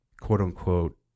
quote-unquote